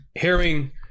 hearing